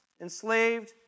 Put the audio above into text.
enslaved